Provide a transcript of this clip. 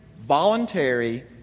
voluntary